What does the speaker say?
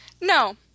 No